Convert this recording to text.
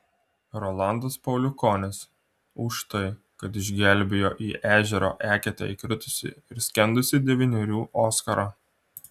rolandas pauliukonis už tai kad išgelbėjo į ežero eketę įkritusį ir skendusį devynerių oskarą